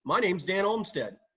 my name's dan olmsted,